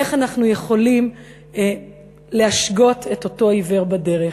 איך אנחנו יכולים להשגות את אותו עיוור בדרך.